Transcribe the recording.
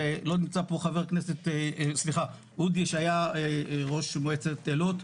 לא נמצא פה אודי שהיה ראש מועצת אילות.